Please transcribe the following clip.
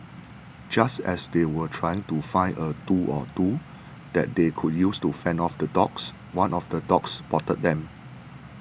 just as they were trying to find a tool or two that they could use to fend off the dogs one of the dogs spotted them